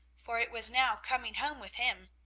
for it was now coming home with him.